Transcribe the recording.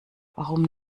warum